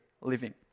living